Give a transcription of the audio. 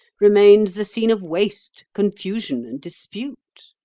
remains the scene of waste, confusion, and dispute?